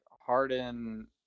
Harden